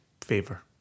favor